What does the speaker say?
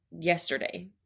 yesterday